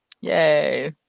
Yay